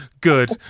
good